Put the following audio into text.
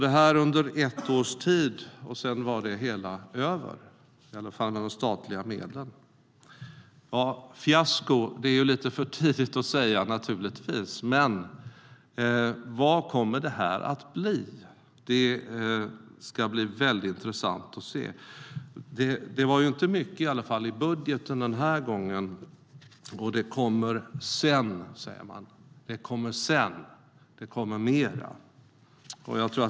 Det här skedde under ett års tid, sedan var det hela över - i alla fall de statliga medlen. Det är naturligtvis lite för tidigt att tala om fiasko, men vad kommer det att bli? Det ska bli intressant att se. Det fanns inte mycket i budgeten den här gången. Det kommer sedan, säger man.